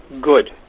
good